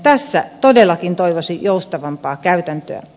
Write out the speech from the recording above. tässä todellakin toivoisi joustavampaa käytäntöä